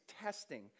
testing